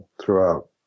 throughout